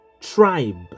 tribe